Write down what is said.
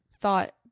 thought